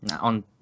on